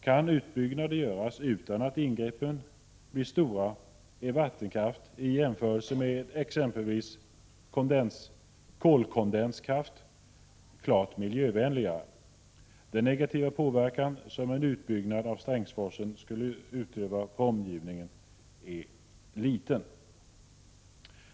Kan utbyggnader göras utan att ingreppen blir stora är vattenkraft i jämförelse med exempelvis kolkondenskraft klart miljövänligare. Den negativa påverkan som en utbyggnad av Strängsforsen skulle utöva på omgivningarna är liten.